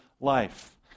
life